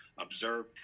observe